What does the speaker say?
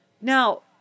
Now